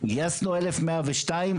גייסנו 1,102,